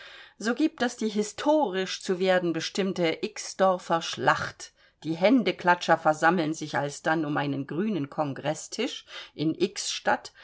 so gibt das die historisch zu werden bestimmte xdorfer schlacht die händeklatscher versammeln sich alsdann um einen grünen kongreßtisch in